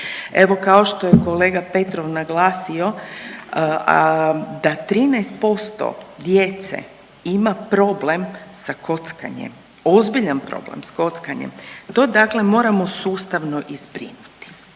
Evo kao što je kolega Petrov naglasio da 13% djece ima problem sa kockanjem, ozbiljan problem s kockanjem. To dakle moramo sustavno i zbrinuti.